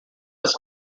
was